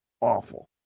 awful